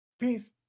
Peace